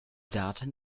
daten